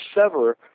sever